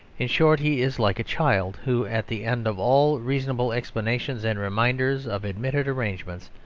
in short, he is like a child, who at the end of all reasonable explanations and reminders of admitted arrangements,